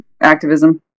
activism